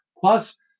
Plus